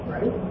Right